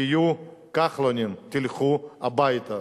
תהיו כחלונים, תלכו הביתה.